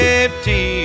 empty